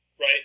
right